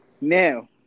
Now